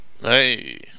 Hey